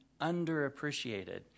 underappreciated